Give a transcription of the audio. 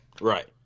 Right